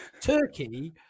Turkey